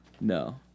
No